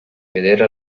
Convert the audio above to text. vedere